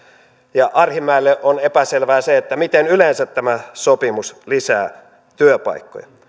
ja arhinmäelle on epäselvää se miten yleensä tämä sopimus lisää työpaikkoja